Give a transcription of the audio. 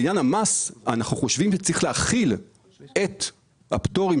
בעניין המס אנחנו חושבים שצריך להחיל את הפטורים